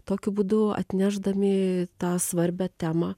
tokiu būdu atnešdami tą svarbią temą